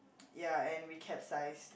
ya and we capsize